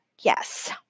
yes